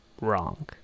Wrong